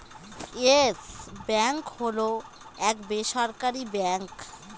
yes Bank হল এক বেসরকারি ব্যাঙ্ক